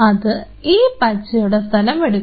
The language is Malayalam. അത് ഈ പച്ചയുടെ സ്ഥലം എടുക്കും